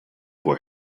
boy